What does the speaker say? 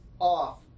off